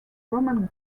roman